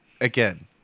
again